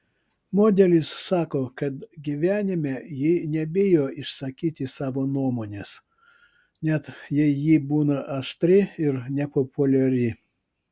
modelis sako kad gyvenime ji nebijo išsakyti savo nuomonės net jei ji būna aštri ir nepopuliari